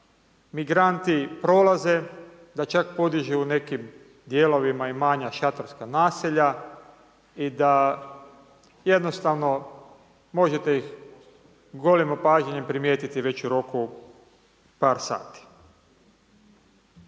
migranti prolaze, da čak podižu u nekim dijelovima i manja šatorska naselja i da jednostavno možete ih golim opažanjem primijetiti već u roku od par sati.